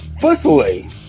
firstly